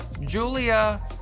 Julia